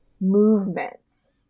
movements